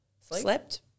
Slept